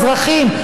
האזרחים,